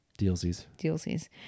DLCs